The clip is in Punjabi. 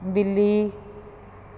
ਬਿੱਲੀ